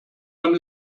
man